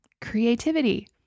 creativity